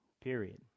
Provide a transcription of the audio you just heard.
period